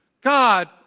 God